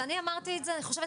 תוסיף